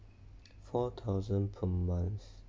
four thousand per month